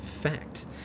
Fact